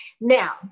now